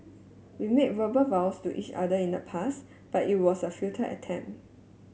we made verbal vows to each other in the past but it was a futile attempt